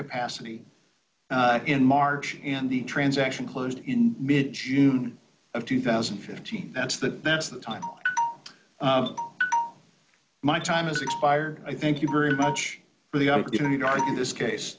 capacity in march and the transaction closed in mid june of two thousand and fifteen that's the that's the time my time is expired i thank you very much for the opportunity to argue this case